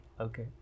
Okay